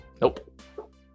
Nope